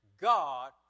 God